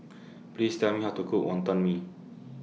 Please Tell Me How to Cook Wonton Mee